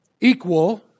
equal